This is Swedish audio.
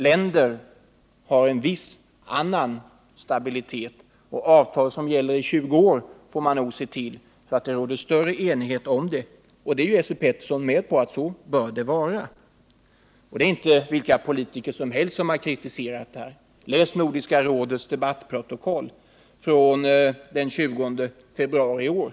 Länder har en annan stabilitet, och avtal som gäller i 20 år får man se till att det råder stor enighet om. Esse Petersson är också med på att det bör vara så. Det är inte vilka politiker som helst som har framfört kritik. Läs Nordiska rådets debattprotokoll från den 20 februari i år!